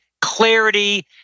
clarity